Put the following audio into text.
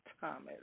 Thomas